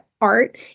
art